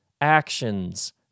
actions